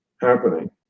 happening